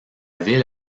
ville